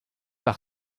par